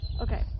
Okay